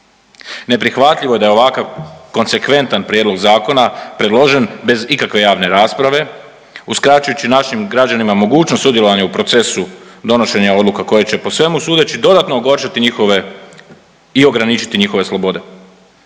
Neprihvatljivo je da je ovakav konsekventan prijedlog zakona predložen bez ikakve javne rasprave uskraćujući našim građanima mogućnost sudjelovanja u procesu donošenja odluka koje će po svemu sudeći dodatno okončati njihove i ograničiti njihove slobode.